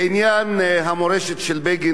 לעניין המורשת של בגין